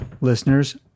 listeners